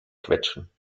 quetschen